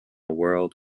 world